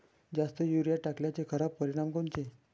जास्त युरीया टाकल्याचे खराब परिनाम कोनचे?